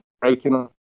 breaking